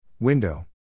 Window